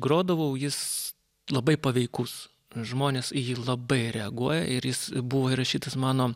grodavau jis labai paveikus žmonės į jį labai reaguoja ir jis buvo įrašytas mano